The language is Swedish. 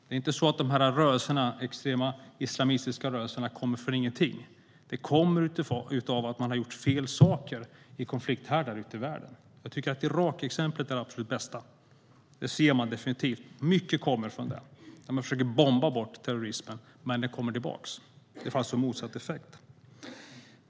Det är inte så att de extrema islamistiska rörelserna kommer från ingenting. De kommer av att man har gjort fel saker i konflikthärdar. Irak är det absolut bästa exemplet. Det är mycket som kommer därifrån. När man försöker bomba bort terrorismen kommer den tillbaka. Det får alltså motsatt effekt.